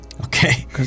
Okay